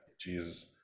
Jesus